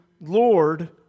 Lord